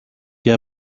και